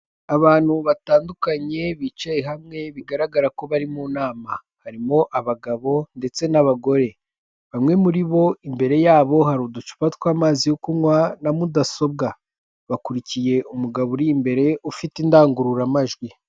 Abantu batandukanye bicaye hamwe, bigaragara ko bari mu nama, harimo abagabo ndetse n'abagore bamwe muri bo imbere yabo hari uducupa tw'amazi yo kunywa na mudasobwa, bakurikiye umugabo uri imbere ufite indangururamajwi.